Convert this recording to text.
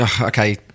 okay